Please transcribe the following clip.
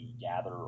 gather